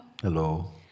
Hello